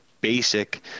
basic